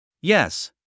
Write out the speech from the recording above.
Yes